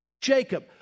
Jacob